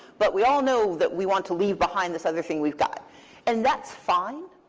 but we all know that we want to leave behind this other thing we've got and that's fine.